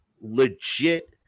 Legit